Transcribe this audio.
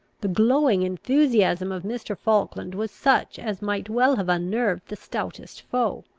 the glowing enthusiasm of mr. falkland was such as might well have unnerved the stoutest foe.